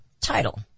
title